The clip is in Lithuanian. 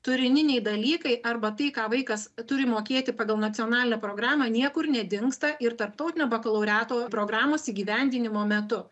turininiai dalykai arba tai ką vaikas turi mokėti pagal nacionalinę programą niekur nedingsta ir tarptautinio bakalaureato programos įgyvendinimo metu